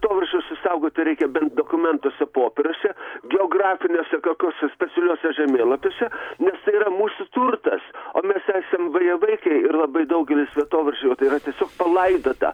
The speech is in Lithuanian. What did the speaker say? vietovardžius išsaugoti reikia bent dokumentuose popieriuose geografiniuose tokiuose specialiuose žemėlapiuose nes tai yra mūsų turtas o mes esam vėjavaikai ir labai daugelis vietovardžių tai yra tiesiog palaidota